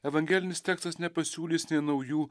evangelinis tekstas nepasiūlys nei naujų